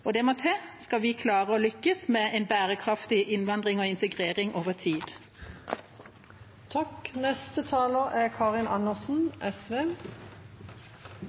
arbeidslivet. Det må til skal vi klare å lykkes med en bærekraftig innvandring og integrering over tid. Det er